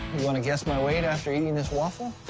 you want to guess my weight after eating and this waffle?